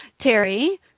Terry